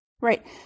Right